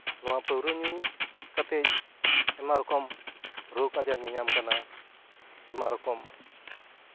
ᱱᱚᱣᱟ ᱯᱟᱹᱣᱨᱟᱹ ᱧᱩ ᱠᱟᱛᱮ ᱟᱭᱢᱟ ᱨᱚᱠᱚᱢ ᱨᱳᱜᱽ ᱟᱡᱟᱨ ᱧᱟᱧᱟᱢ ᱠᱟᱱᱟ ᱟᱭᱢᱟ ᱨᱚᱠᱚᱢ